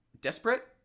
desperate